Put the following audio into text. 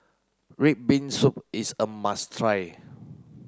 red bean soup is a must try